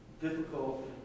difficult